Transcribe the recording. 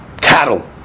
cattle